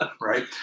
right